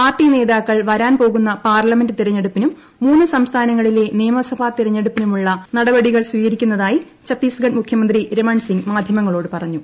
party നേതാക്കാൾ വരാൻ പോരുന്ന parliament തെരഞ്ഞെടുപ്പിനും മൂന്നു സംസ്ഥാനങ്ങളിലെ നിയമസഭാ തെരഞ്ഞെടുപ്പിനുളള നടപടികൾ സ്വീകരിക്കണമെന്ന് ഛത്തീസ്ഗഡ് മുഖ്യമന്ത്രി രമൺസിംഗ് മാധ്യമങ്ങളോട് പറഞ്ഞു